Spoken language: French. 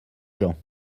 gens